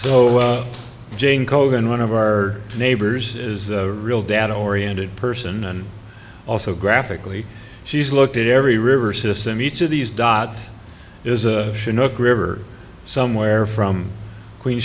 so jane kogan one of our neighbors is real data oriented person and also graphically she's looked at every river system each of these dots is a chinook river somewhere from queen